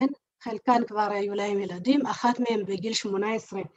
‫חלקן כבר היו להן ילדים, ‫אחת מהן בגיל 18